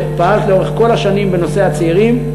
שפעלת לאורך כל השנים בנושא הצעירים,